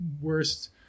worst –